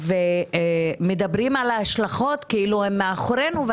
ומדברים על ההשלכות כאילו שהן מאחורינו,